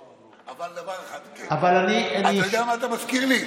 אבל דבר אחד: אתה יודע מה אתה מזכיר לי?